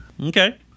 Okay